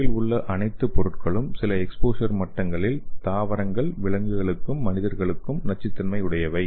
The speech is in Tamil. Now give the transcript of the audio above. உலகில் உள்ள அனைத்து பொருட்களும் சில எக்ஸ்போசர் மட்டங்களில் தாவரங்கள் விலங்குகளுக்கும் மனிதர்களுக்கும் நச்சுத்தன்மையுள்ளவை